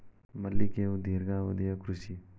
ಮಲ್ಲಿಗೆಯು ದೇರ್ಘಾವಧಿಯ ಕೃಷಿ